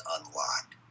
Unlocked